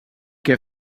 que